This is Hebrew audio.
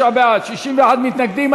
59 בעד, 61 מתנגדים.